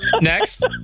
next